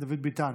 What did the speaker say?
דוד ביטן,